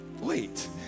wait